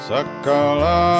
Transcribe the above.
Sakala